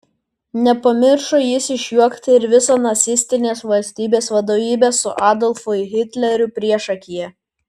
nepamiršo jis išjuokti ir visą nacistinės valstybės vadovybę su adolfu hitleriu priešakyje